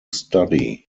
study